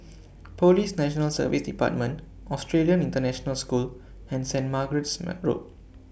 Police National Service department Australian International School and Saint Margaret's Road